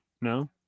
no